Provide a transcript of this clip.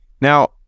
Now